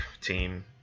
team